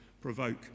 provoke